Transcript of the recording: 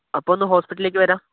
അപ്പോൾ ഒന്ന് ഹോസ്പിറ്റലിലേക്ക് വരാം